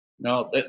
No